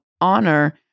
honor